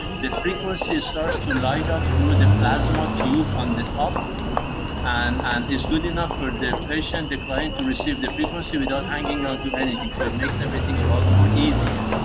the frequency starts to light up through the plasma tube on the top and and is good enough for the patient, the client, to receive the frequency without hanging on to anything. so it makes everything a lot more easier.